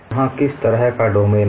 और यहाँ किस तरह का डोमेन है